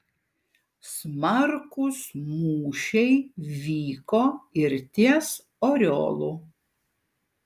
smarkūs mūšiai vyko ir ties oriolu